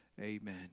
Amen